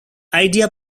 idea